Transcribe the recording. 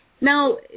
Now